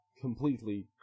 completely